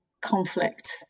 conflict